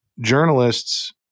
journalists